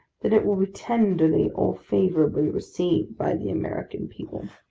that it will be tenderly or favourably received by the american people